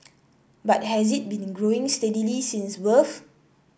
but has it been growing steadily since birth